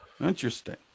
Interesting